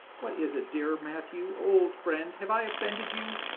what is it, dear matthew, old friend? have i offended you?